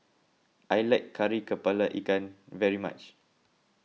I like Kari Kepala Ikan very much